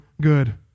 good